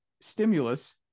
stimulus